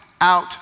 out